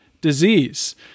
disease